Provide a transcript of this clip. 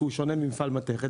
כי הוא שונה ממפעל מתכת,